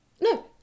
No